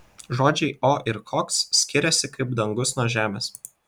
žodžiai o ir koks skiriasi kaip dangus nuo žemės